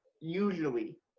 usually